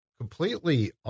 completely